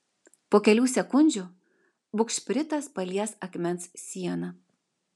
po kelių sekundžių bugšpritas palies akmens sieną